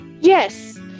Yes